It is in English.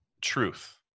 truth